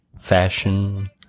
Fashion